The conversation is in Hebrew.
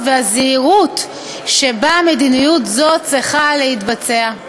והזהירות שבה מדיניות זו צריכה להתבצע.